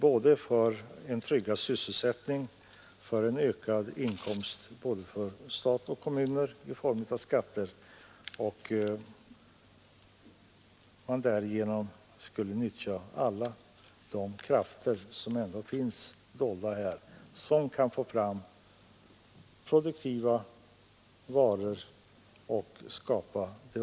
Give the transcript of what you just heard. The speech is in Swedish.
Inte minst inom skogsbruket torde man, särskilt i fråga om mekaniseringen där så mycket händer, kunna utnyttja detta stöd. Herr talman!